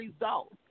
results